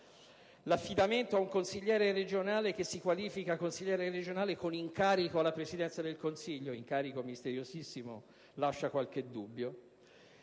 l'affidamento a un consigliere regionale, che si qualifica consigliere regionale con incarico alla Presidenza del Consiglio (incarico misteriosissimo), lascia qualche dubbio.